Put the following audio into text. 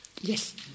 Yes